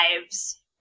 lives